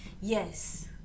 Yes